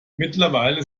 mittlerweile